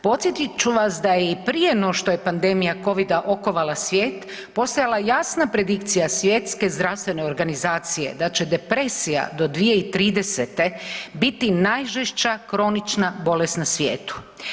Podsjetit ću vas da je i prije no što je pandemija Covida okovala svijet, postojala je jasna predikcija svjetske zdravstvene organizacije da će depresija do 2030. biti najžešća kronična bolest na svijetu.